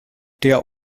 der